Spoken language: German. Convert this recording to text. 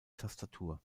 tastatur